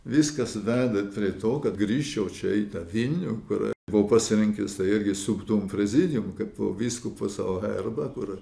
viskas veda prie to kad grįžčiau čia į tą vilnių kur buvau pasilrinkęs tai irgi suktum prezidium kaip po vyskupas savo herbą kur